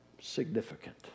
significant